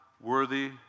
worthy